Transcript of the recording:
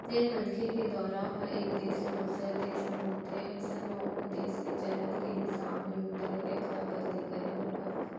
जेन मनखे के दौरा ह एक देस ले दूसर देस म होथे अइसन म ओ देस के चलन के हिसाब ले मुद्रा के अदला बदली करे बर परथे